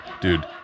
Dude